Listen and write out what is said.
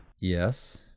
Yes